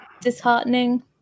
disheartening